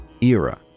era